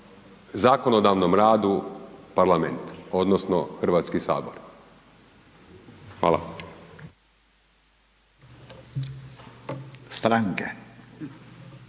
zakonodavnom radu, parlament odnosno HS. Hvala.